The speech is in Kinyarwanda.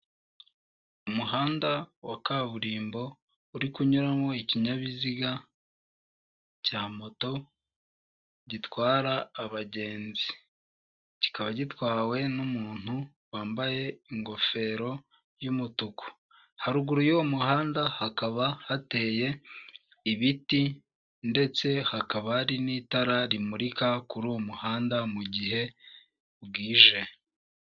Umuhanda wa kaburimbo, uri kunyuramo ikinyabiziga cya moto gitwara abagenzi. Kikaba gitwawe n'umuntu wambaye ingofero y'umutuku, haruguru y'uwo muhanda hakaba hateye ibiti, ndetse hakaba hari n'itara rimurika kuri uwo muhanda mu gihe bwije.